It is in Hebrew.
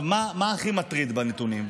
מה הכי מטריד בנתונים?